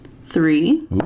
Three